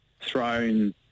thrown